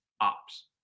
ops